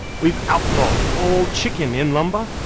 we've outlawed all chicken in lumber.